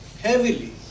heavily